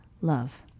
love